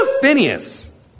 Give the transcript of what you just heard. Phineas